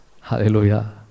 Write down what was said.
Hallelujah